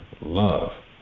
love